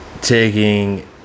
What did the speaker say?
taking